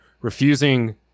refusing